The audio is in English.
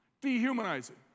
Dehumanizing